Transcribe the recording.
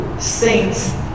Saints